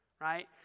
Right